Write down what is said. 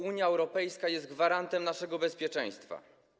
Unia Europejska jest gwarantem naszego bezpieczeństwa.